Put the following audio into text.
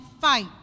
fight